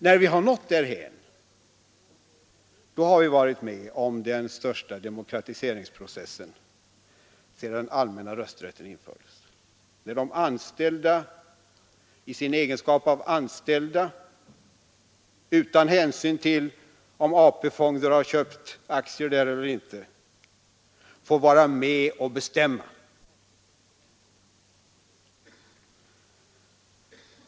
När vi har nått därhän, då har vi varit med om den största demokratiseringsprocessen sedan den allmänna rösträtten infördes, när de anställda i sin egenskap av anställda utan hänsyn till om AP-fonden har köpt aktier i företaget eller inte får vara med och bestämma.